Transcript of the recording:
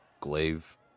glaive